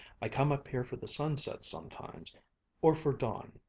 i come up here for the sunsets sometimes or for dawn.